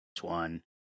one